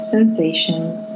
Sensations